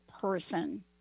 person